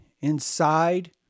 inside